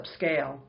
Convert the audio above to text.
upscale